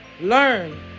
learn